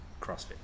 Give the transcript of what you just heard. CrossFit